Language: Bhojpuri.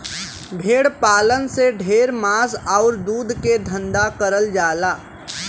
भेड़ पालन से ढेर मांस आउर दूध के धंधा करल जाला